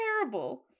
terrible